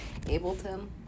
Ableton